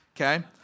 Okay